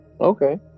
Okay